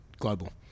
global